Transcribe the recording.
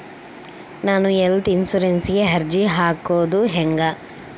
ನಾನು ಹೆಲ್ತ್ ಇನ್ಸುರೆನ್ಸಿಗೆ ಅರ್ಜಿ ಹಾಕದು ಹೆಂಗ?